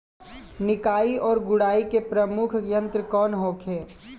निकाई और गुड़ाई के प्रमुख यंत्र कौन होखे?